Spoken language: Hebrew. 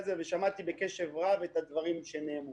ושמעתי בקשב רב את הדברים שנאמרו.